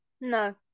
no